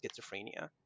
schizophrenia